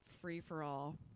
free-for-all